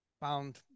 found